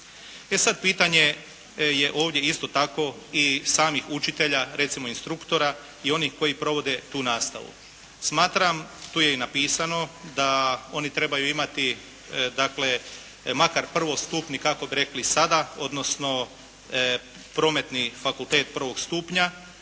E sada pitanje je ovdje isto tako i samih učitelja, recimo instruktora i onih koji provode tu nastavu. Smatram, tu je i napisano, da oni trebaju imati dakle makar prvostupni kako bi rekli sada, odnosno Prometni fakultet prvog stupnja,